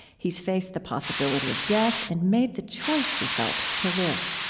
he's faced the possibility of death and made the choice, he felt, to live